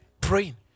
praying